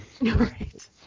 Right